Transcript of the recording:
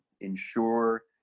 ensure